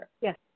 Yes